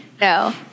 No